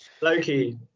Loki